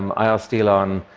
um i asked elon,